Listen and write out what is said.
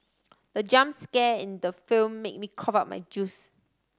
the jump scare in the film made me cough out my juice